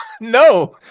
No